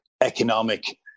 economic